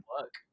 work